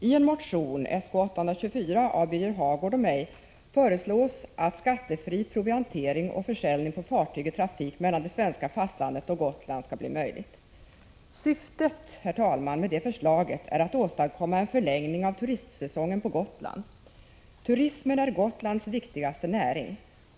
I motion Sk824 av Birger Hagård och mig föreslås att skattefri proviantering och försäljning på fartyg i trafik mellan det svenska fastlandet och Gotland skall bli möjlig. Syftet, herr talman, med detta förslag är att åstadkomma en förlängning av turistsäsongen på Gotland. Turismen är Gotlands viktigaste näring.